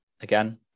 again